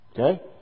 Okay